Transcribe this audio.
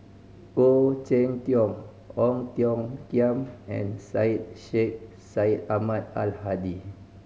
Khoo Cheng Tiong Ong Tiong Khiam and Syed Sheikh Syed Ahmad Al Hadi